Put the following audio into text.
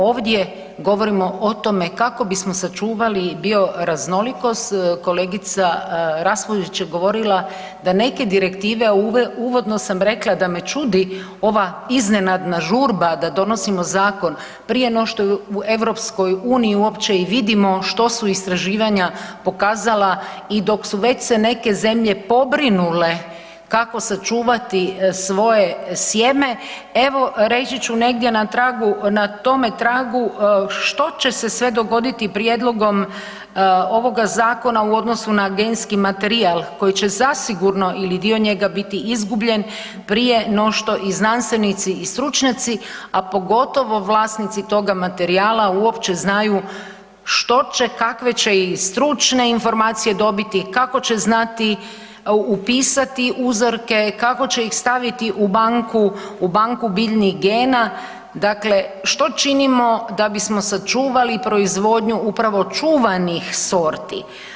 Ovdje govorimo o tome kako bismo sačuvali bioraznolikost, kolegica Raspudić govorila da neke direktive, uvodno sam sam rekla da me ludi ova iznenadna žurba da donosimo zakon prije nego što EU uopće i vidimo što su istraživanja pokazala i dok su već se neke zemlje pobrinule kako sačuvati svoje sjeme, evo reći ću negdje na tome tragu, što će se sve dogoditi prijedlogom ovoga zakona u odnosu na genski materijal koji će zasigurno ili dio njega biti izgubljen prije no što i znanstvenici i stručnjaci a pogotovo vlasnici toga materijala uopće znaju što će, kakve će i stručne informacije dobiti, kako će znati upisati uzorke, kako će ih staviti u banku, u banku biljnih gena, dakle što činimo da bismo sačuvali proizvodnju upravo čuvanih sorti.